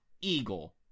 Eagle